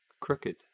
crooked